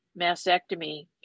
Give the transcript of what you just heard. mastectomy